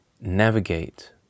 navigate